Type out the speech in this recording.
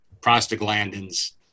prostaglandins